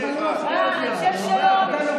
כל הכבוד,